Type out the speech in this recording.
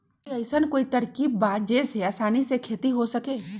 कोई अइसन कोई तरकीब बा जेसे आसानी से खेती हो सके?